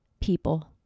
people